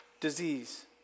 disease